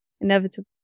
inevitable